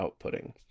outputting